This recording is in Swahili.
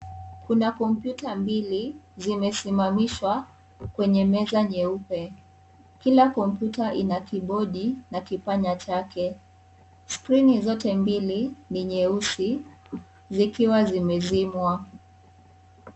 Kuna komyuta mbili zimesimamishwa kwenye meza nyeupe kila kompyuta ina kibodi na kipanya chake skrini zote mbili ni nyeusi zikiwa zimezimwa.